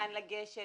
לאן לגשת,